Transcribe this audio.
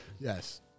Yes